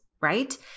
right